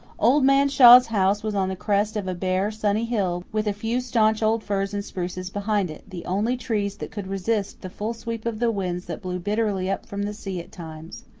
old man shaw's house was on the crest of a bare, sunny hill, with a few staunch old firs and spruces behind it the only trees that could resist the full sweep of the winds that blew bitterly up from the sea at times.